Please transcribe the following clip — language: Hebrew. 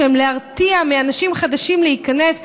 שהם להרתיע אנשים חדשים מלהיכנס,